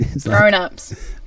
Grown-ups